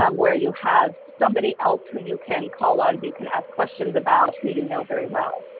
um where you have somebody else who you can call on you can ask questions about who you know very well.